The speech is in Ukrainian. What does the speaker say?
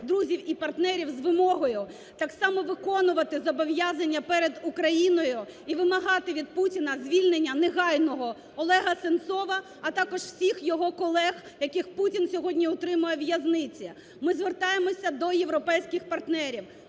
друзів і партнерів з вимогою так само виконувати зобов'язання перед Україною і вимагати від Путіна звільнення негайного Олега Сенцова, а також всіх його колег, який Путін сьогодні утримує у в'язниці. Ми звертаємось до європейських партнерів.